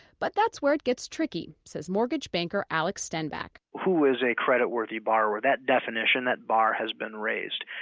but that's where it gets tricky says mortgage banker alex stenback who is a credit worthy borrower? that definition, that bar has been raised.